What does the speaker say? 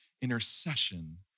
Intercession